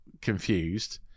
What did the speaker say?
confused